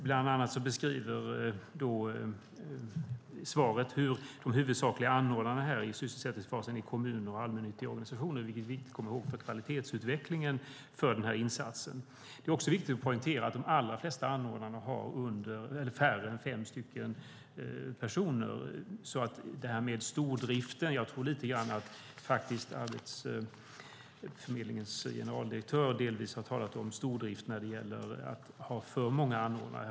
Bland annat beskriver svaret hur de huvudsakliga anordnarna i sysselsättningsfasen är kommuner och allmännyttiga organisationer, vilket är viktigt att komma ihåg för kvalitetsutvecklingen av den här insatsen. Det är också viktigt att poängtera att de allra flesta anordnarna har färre än fem personer, så när det gäller det här med stordriften tror jag lite grann att Arbetsförmedlingens generaldirektör delvis har talat om stordrift när det gäller att ha för många anordnare.